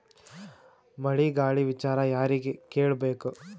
ಮಳೆ ಗಾಳಿ ವಿಚಾರ ಯಾರಿಗೆ ಕೇಳ್ ಬೇಕು?